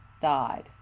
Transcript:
died